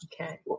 Okay